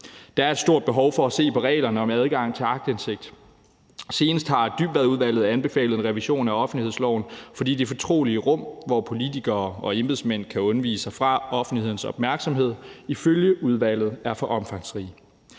Der er et stort behov for se på reglerne om adgang til aktindsigt. Senest har Dybvadudvalget anbefalet en revision af offentlighedsloven, fordi de fortrolige rum, hvor politikere og embedsmænd kan undvige offentlighedens opmærksomhed, ifølge udvalget er for omfangsrige.